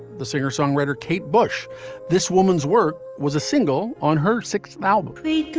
the singer-songwriter kate bush this woman's work was a single on her sixth now beat.